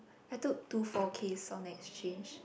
I took two forth case on next change